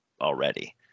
already